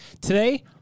Today